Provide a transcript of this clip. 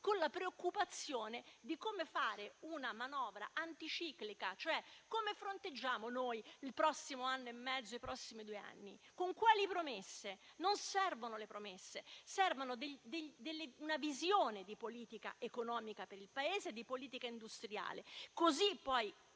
con la preoccupazione di come fare una manovra anticiclica, cioè come fronteggiare il prossimo anno e mezzo, i prossimi due anni, con quali promesse. Non servono le promesse: serve una visione di politica economica per il Paese, una visione di politica industriale. Così si